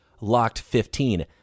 LOCKED15